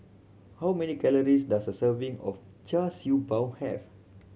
how many calories does a serving of Char Siew Bao have